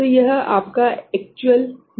तो यह आपका एक्चुअल गेन पॉइंट है